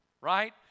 right